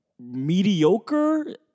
mediocre